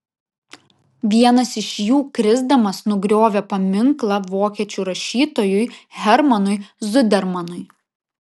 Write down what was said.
vienas iš jų krisdamas nugriovė paminklą vokiečių rašytojui hermanui zudermanui